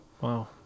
Wow